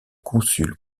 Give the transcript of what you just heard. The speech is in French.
consul